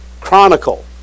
Chronicle